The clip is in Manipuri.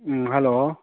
ꯎꯝ ꯍꯜꯂꯣ